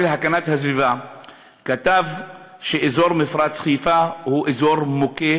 להגנת הסביבה כתב שאזור מפרץ חיפה הוא אזור מוכה